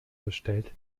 bestellt